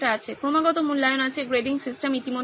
ক্রমাগত মূল্যায়ন আছে গ্রেডিং সিস্টেম ইতিমধ্যে আছে